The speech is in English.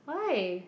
why